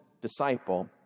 disciple